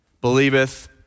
believeth